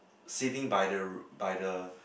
sitting by the by the